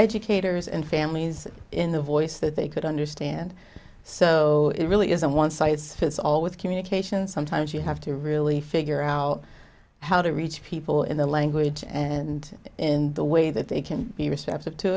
educators and families in the voice that they could understand so it really isn't one size fits all with communication sometimes you have to really figure out how to reach people in the language and in the way that it can be receptive to